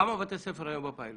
כמה בתי ספר היום בפיילוט?